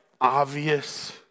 obvious